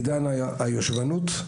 בעידן היושבנות,